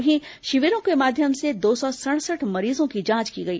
वहीं शिविरों के माध्यम से दौ सौ सड़सठ मरीजों की जांच की गई